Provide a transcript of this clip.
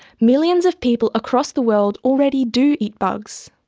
millions of people across the world already do eat bugs.